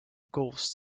ghost